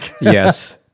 Yes